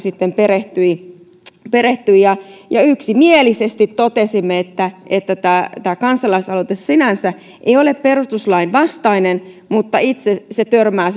perehtyi perehtyi ja ja yksimielisesti totesimme että että tämä tämä kansalaisaloite sinänsä ei ole perustuslain vastainen mutta itse se törmää